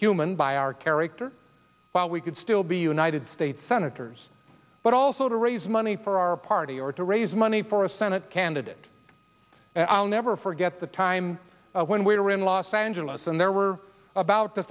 human by our character while we could still be united states senators but also to raise money for our party or to raise money for a senate candidate and i'll never forget the time when we were in los angeles and there were about